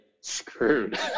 screwed